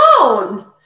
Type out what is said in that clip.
alone